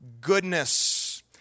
goodness